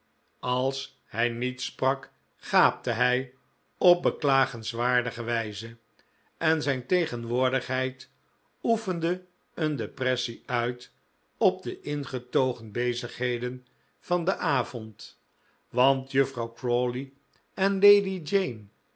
als hij niet sprak gaapte hij op beklagenswaardige wijze en zijn tegenwoordigheid oefende een depressie uit op de ingetogen bezigheden van den avond want juffrouw crawley en lady jane